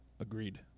agreed